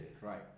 right